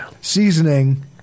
seasoning